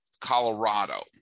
Colorado